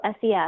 SES